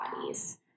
bodies